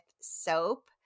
soap